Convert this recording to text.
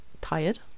tired